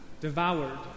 devoured